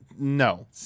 No